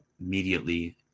immediately